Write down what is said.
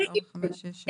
בבקשה.